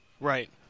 right